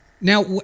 now